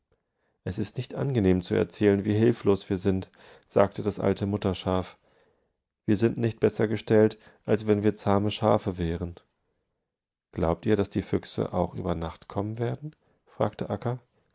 es ist nicht angenehm zu erzählen wie hilflos wir sind sagte das alte mutterschaf wir sind nicht besser gestellt als wenn wir zahme schafe wären glaubt ihr daß die füchse auch über nacht kommen werden fragte